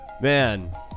Man